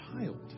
child